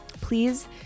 please